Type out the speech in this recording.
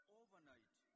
overnight